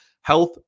health